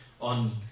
on